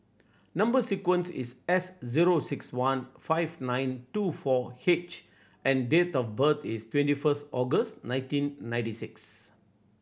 number sequence is S zero six one five nine two four H and date of birth is twenty first August nineteen ninety six